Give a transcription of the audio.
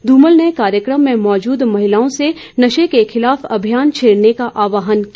धूमल ने कार्यक्रम में मौजूद महिलाओं से नशे के खिलाफ अभियान छेड़ने का आह्वान किया